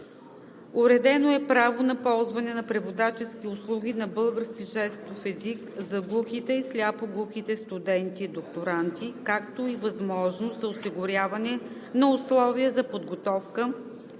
Уредено е право на ползване на преводачески услуги на български жестов език за глухите и сляпо-глухите студенти и докторанти, както и възможност за осигуряване на условия за подготовка